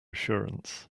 assurance